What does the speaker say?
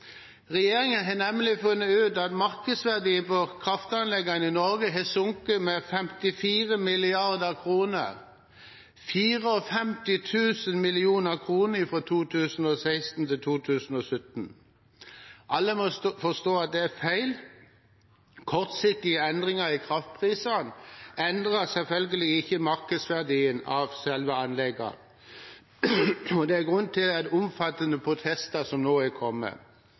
Regjeringen har nemlig funnet ut at markedsverdien på kraftanleggene i Norge har sunket med 54 mrd. kr – 54 000 mill. kr fra 2016 til 2017. Alle må forstå at det er feil. Kortsiktige endringer i kraftprisene endrer selvfølgelig ikke markedsverdien av selve anleggene, og det er grunnen til de omfattende protestene som nå er kommet.